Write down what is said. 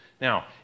Now